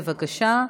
בבקשה,